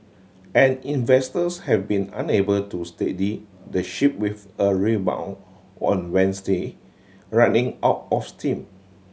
and investors have been unable to steady the ship with a rebound on Wednesday running out of steam